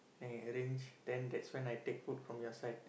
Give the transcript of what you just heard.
I arrange then that's why I take food from your side